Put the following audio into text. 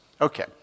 Okay